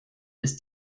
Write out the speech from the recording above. ist